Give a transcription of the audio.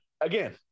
Again